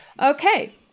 Okay